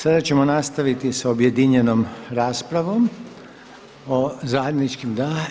Sada ćemo nastaviti sa objedinjenom raspravu o zajedničkim, da?